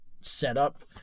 setup